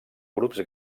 grups